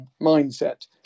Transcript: mindset